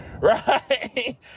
right